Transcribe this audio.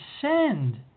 send